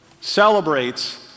celebrates